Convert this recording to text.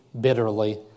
bitterly